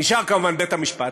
נשאר כמובן בית-המשפט.